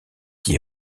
qui